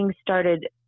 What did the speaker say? started